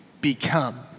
become